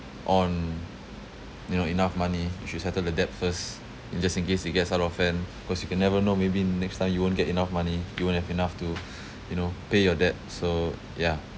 on you know enough money you should settle the debt first ya just in case it gets out of hand cause you can never know maybe next time you won't get enough money you won't have enough to you know pay your debts so yeah